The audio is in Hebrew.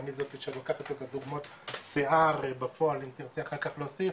גם היא זאת שלוקחת את הדוגמאות שיער בפועל אם היא תרצה אחר כך להוסיף,